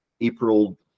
April